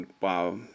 wow